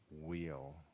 wheel